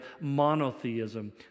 monotheism